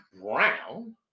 brown